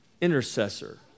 intercessor